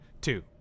two